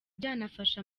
byanafasha